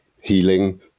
healing